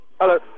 Hello